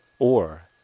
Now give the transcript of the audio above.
or,